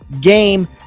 game